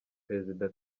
perezida